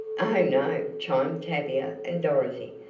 oh, no! chimed tavia and dorothy.